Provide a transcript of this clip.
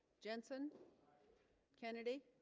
jensen kennedy